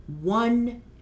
one